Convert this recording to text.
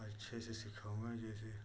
अच्छे से सिखाऊँगा जैसे